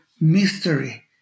mystery